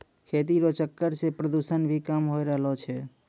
खेती रो चक्कर से प्रदूषण भी कम होय रहलो छै